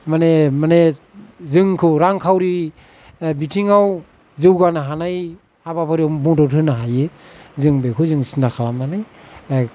माने माने जोंखौ रांखावरि बिथिङाव जौगानो हानाय हाबाफारियाव मदद होनो हायो जों बेखौ जों सिन्था खालामनानै